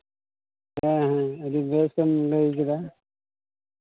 ᱦᱮᱸ ᱦᱮᱸ ᱟᱹᱰᱤ ᱵᱮᱥᱮᱢ ᱞᱟᱹᱭ ᱠᱮᱫᱟ